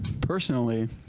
Personally